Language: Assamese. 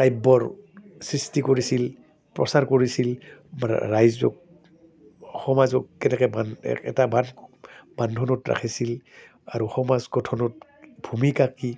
কাব্যৰ সৃষ্টি কৰিছিল প্ৰচাৰ কৰিছিল বা ৰাইজক সমাজক কেনেকৈ বান্ধ এটা বান্ধ বান্ধনত ৰাখিছিল আৰু সমাজ গঠনত ভূমিকা কি